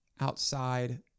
outside